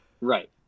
right